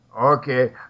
Okay